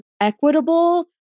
equitable